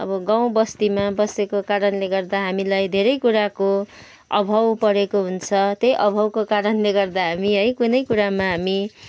अब गाउँबस्तीमा बसेको कारणले गर्दा हामीलाई धेरै कुराको अभाव परेको हुन्छ त्यही अभावको कारणले गर्दा हामी है कुनै कुरामा हामी